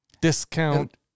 Discount